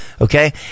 Okay